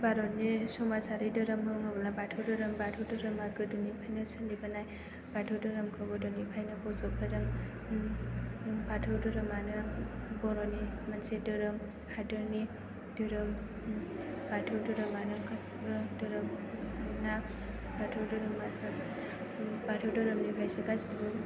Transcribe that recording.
भारतनि समाजारि धोरोम होनोब्ला बाथौ धोरोम बाथौ धोरोमा गोदोनिफ्रायनो सोलिबोनाय बाथौ धोरोमखौ गोदोनिफ्रायनो बज'बबोदों बाथौ धोरोमआनो बर'नि मोनसे धोरोम हादोरनि धोरोम बाथौ धोरोमआनो गासिबो धोरोम बाथौ धोरोमनिफ्रायसो गासिबो